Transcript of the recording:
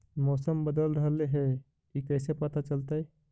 मौसम बदल रहले हे इ कैसे पता चलतै?